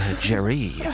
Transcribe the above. Jerry